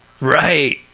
Right